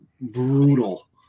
brutal